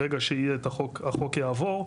ברגע שהחוק יעבור,